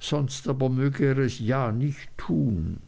sonst aber möge er es ja nicht tun